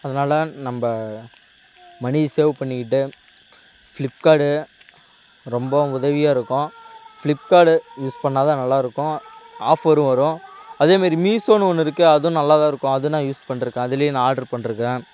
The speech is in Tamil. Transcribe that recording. அதனால் நம்ம மணி சேவ் பண்ணிக்கிட்டு ஃப்ளிப்கார்டு ரொம்ப உதவியாக இருக்கும் ஃப்ளிப்கார்டு யூஸ் பண்ணால் தான் நல்லாயிருக்கும் ஆஃபரும் வரும் அதேமாரி மீஷோன்னு ஒன்று இருக்குது அதுவும் நல்லாதான் இருக்கும் அதுவும் நான் யூஸ் பண்ணிருக்கேன் அதுலேயும் நான் ஆட்ரு பண்ணிருக்கேன்